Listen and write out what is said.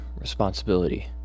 Responsibility